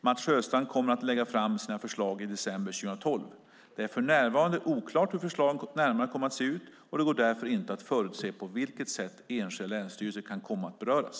Mats Sjöstrand kommer att lägga fram sina förslag i december 2012. Det är för närvarande oklart hur förslagen närmare kommer att se ut, och det går därför inte att förutse på vilket sätt enskilda länsstyrelser kan komma att beröras.